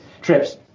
trips